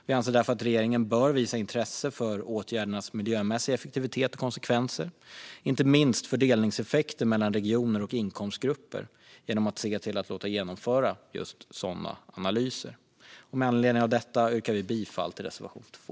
Vi anser därför att regeringen bör visa intresse för åtgärdernas miljömässiga effektivitet och konsekvenser, inte minst fördelningseffekter mellan regioner och inkomstgrupper, genom att se till att låta genomföra just sådana analyser. Med anledning av detta yrkar jag bifall till reservation 2.